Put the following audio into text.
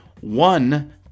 one